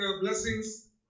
blessings